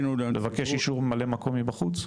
לבקש אישור לממלא מקום מבחוץ?